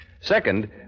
Second